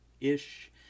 ish